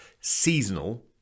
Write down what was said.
seasonal